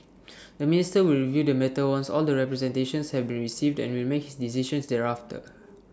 the minister will review the matter once all the representations have been received and will make his decisions thereafter